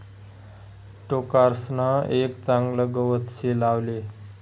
टोकरसान एक चागलं गवत से लावले